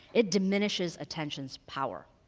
it diminishes attention's power.